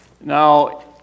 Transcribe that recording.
Now